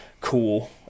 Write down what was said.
Cool